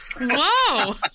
Whoa